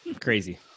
Crazy